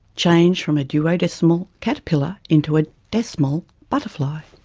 changed from a duodecimal caterpillar into a decimal butterfly.